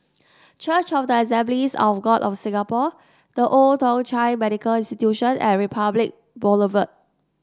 church of the Assemblies of God of Singapore The Old Thong Chai Medical Institution and Republic Boulevard